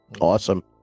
awesome